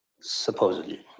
supposedly